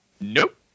Nope